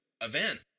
event